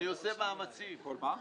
בכל מקרה?